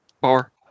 bar